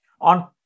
On